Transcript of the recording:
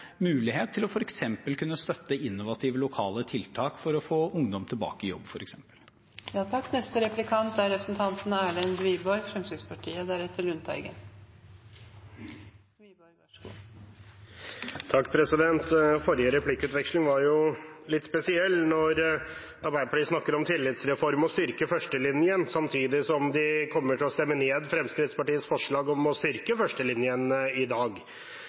mulighet til f.eks. å kunne støtte innovative lokale tiltak for å få ungdom tilbake i jobb. Forrige replikkveksling var litt spesiell når Arbeiderpartiet snakker om tillitsreform og å styrke førstelinjen, samtidig som de kommer til å stemme ned Fremskrittspartiets forslag om å styrke førstelinjen i dag.